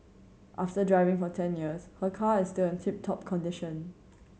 after driving for ten years her car is still in tip top condition